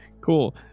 Cool